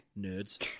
Nerds